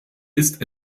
ist